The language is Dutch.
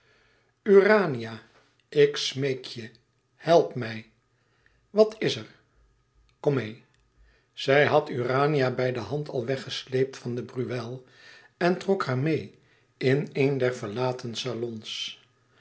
ik smeek je help mij wat is er kom meê zij had urania bij de hand als weggesleept van de breuil en trok haar meê in een der verlaten salons